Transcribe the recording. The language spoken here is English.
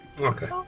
Okay